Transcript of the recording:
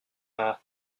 her